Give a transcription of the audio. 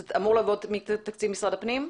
זה אמור לבוא מתקציב משרד הפנים?